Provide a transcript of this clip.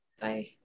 Bye